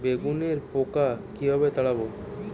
বেগুনের পোকা কিভাবে তাড়াব?